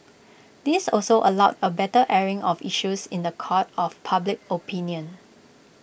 this also allowed A better airing of issues in The Court of public opinion